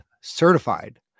certified